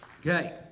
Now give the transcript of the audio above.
Okay